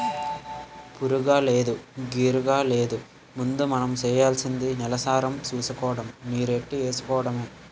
పురుగూలేదు, గిరుగూలేదు ముందు మనం సెయ్యాల్సింది నేలసారం సూసుకోడము, నీరెట్టి ఎరువేసుకోడమే